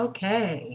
Okay